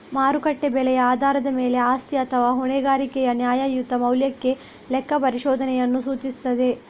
ಮಾರುಕಟ್ಟೆ ಬೆಲೆಯ ಆಧಾರದ ಮೇಲೆ ಆಸ್ತಿ ಅಥವಾ ಹೊಣೆಗಾರಿಕೆಯ ನ್ಯಾಯಯುತ ಮೌಲ್ಯಕ್ಕೆ ಲೆಕ್ಕಪರಿಶೋಧನೆಯನ್ನು ಸೂಚಿಸುತ್ತದೆ